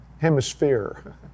Hemisphere